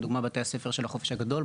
לדוגמה בתי הספר של החופש הגדול,